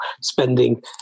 spending